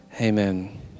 Amen